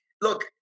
Look